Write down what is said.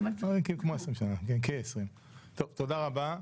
תודה רבה.